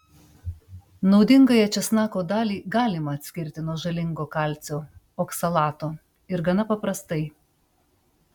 naudingąją česnako dalį galima atskirti nuo žalingo kalcio oksalato ir gana paprastai